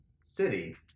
city